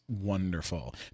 wonderful